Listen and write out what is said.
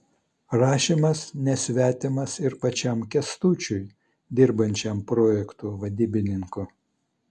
rašymas nesvetimas ir pačiam kęstučiui dirbančiam projektų vadybininku